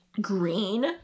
green